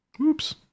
oops